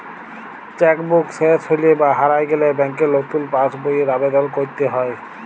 cheque book শেস হৈলে বা হারায় গেলে ব্যাংকে লতুন পাস বইয়ের আবেদল কইরতে হ্যয়